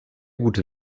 gute